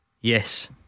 Yes